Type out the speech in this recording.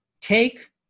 take